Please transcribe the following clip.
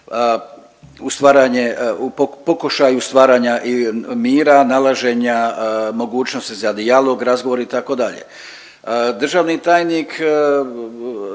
pokušaju stvaranja mira, nalaženja mogućnosti za dijalog, razgovor itd.. Državni tajnik